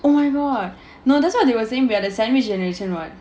oh my god no that's why they were saying we are the sandwich generation [what]